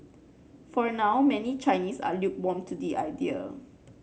for now many Chinese are lukewarm to the idea